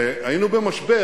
והיינו במשבר,